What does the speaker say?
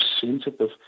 sensitive